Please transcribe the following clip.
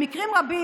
במקרים רבים,